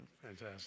Fantastic